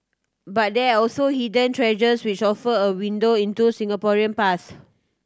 but there are also hidden treasures which offer a window into Singaporean past